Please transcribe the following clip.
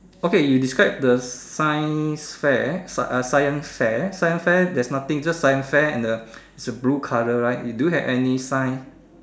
okay you describe the science fair sci uh science fair science fair there's nothing just the science far and the is a blue colour right it do you have any sign